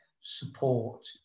support